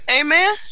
Amen